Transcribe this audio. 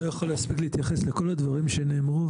אני לא יכול להספיק להתייחס לכל הדברים שנאמרו.